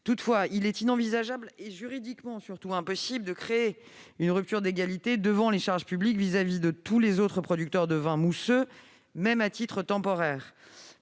de Die. Il est inenvisageable et, surtout, juridiquement impossible de créer une rupture d'égalité devant les charges publiques à l'égard de tous les autres producteurs de vins mousseux, même à titre temporaire.